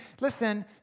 listen